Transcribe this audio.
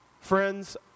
Friends